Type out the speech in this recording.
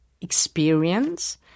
experience